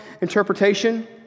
interpretation